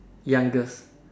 youngest